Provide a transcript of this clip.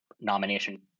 nomination